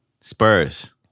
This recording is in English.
Spurs